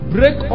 Break